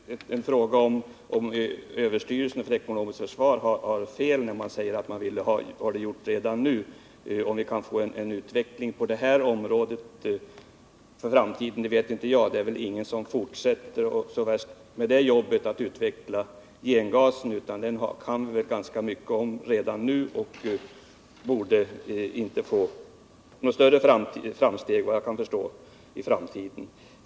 Herr talman! Det här är väl en fråga om huruvida överstyrelsen för ekonomiskt försvar har fel, när den säger att den ville ha det gjort redan nu. Om vi kan få en utveckling på det här området för framtiden vet inte jag. Det är väl ingen som fortsätter så värst mycket med jobbet på att utveckla gengas, utan det kan vi nog ganska mycket om redan nu och borde, vad jag kan förstå, inte kunna vänta några större framsteg i framtiden.